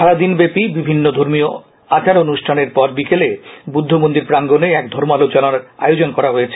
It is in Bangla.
সারাদিনব্যাপী বিভিন্ন ধর্মীয় আচার অনুষ্ঠানের পর বিকালে বুদ্ধ মন্দির প্রাঙ্গনে এক ধর্মালোচনার আয়োজন করা হয়েছে